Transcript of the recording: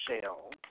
shell